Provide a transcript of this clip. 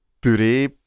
puree